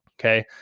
Okay